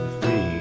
three